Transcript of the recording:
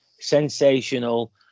sensational